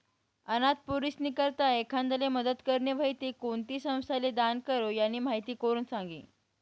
अनाथ पोरीस्नी करता एखांदाले मदत करनी व्हयी ते कोणती संस्थाले दान करो, यानी माहिती कोण सांगी